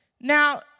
Now